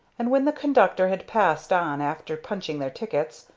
and when the conductor had passed on after punching their tickets,